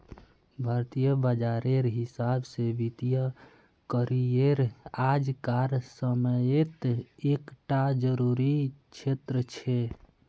भारतीय बाजारेर हिसाब से वित्तिय करिएर आज कार समयेत एक टा ज़रूरी क्षेत्र छे